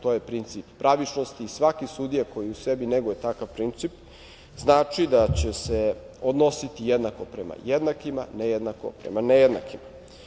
To je princip pravičnosti i svaki sudija koji u sebi neguje takav princip znači da će se odnositi jednako prema jednakima, nejednako prema nejednakima.